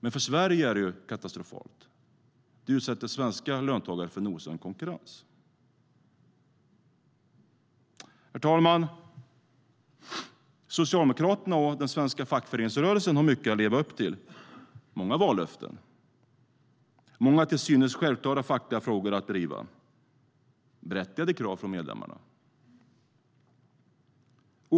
Men för Sverige är det katastrofalt eftersom svenska löntagare utsätts för osund konkurrens. Där finns